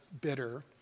bitter